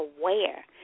aware